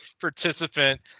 participant